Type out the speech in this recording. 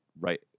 right